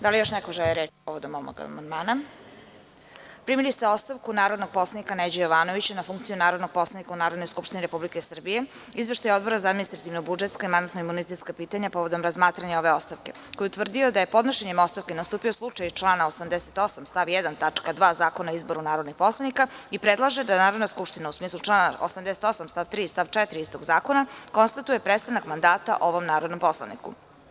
Da li još neko želi reč povodom ovog amandmana? (Ne) Primili ste ostavku narodnog poslanika Neđe Jovanovića na funkciju narodnog poslanika u Narodnoj skupštini Republike Srbije i izveštaj Odbora za administrativno-budžetska i mandatno-imunitetska pitanja povodom razmatranja ove ostavke, koji je utvrdio da je podnošenjem ostavke nastupio slučaj iz člana 88. stav 1. tačka 2) Zakona o izboru narodnih poslanika i predlaže da Narodna skupština, u smislu člana 88. st. 3. i 4. istog zakona, konstatuje prestanak mandata ovom narodnom poslaniku.